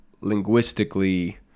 linguistically